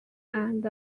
and